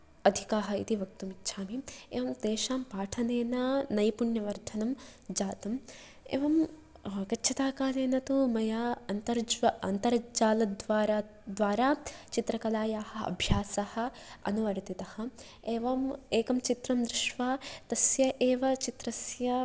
अधिकाः इति वक्तुम् इच्छामि एवं तेषां पाठनेन नैपुण्यवर्धनं जातम् एवम् गच्छता कालेन तु मया अन्तर्ज्वा अन्तर्जालद्वारा द्वारा चित्रकलायाः अभ्यासः अनुवर्तितः एवं एकं चित्रं दृष्ट्वा तस्य एव चित्रस्य